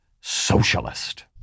socialist